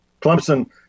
Clemson